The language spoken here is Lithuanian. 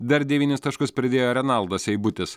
dar devynis taškus pridėjo renaldas seibutis